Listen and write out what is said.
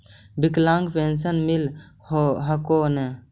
विकलांग पेन्शन मिल हको ने?